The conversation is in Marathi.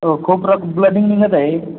तो खूप रक् ब्लडिंग निघत आहे